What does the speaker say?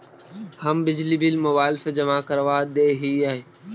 हम बिजली bill mobile से जमा करवा देहियै?